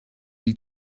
îles